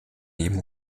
neben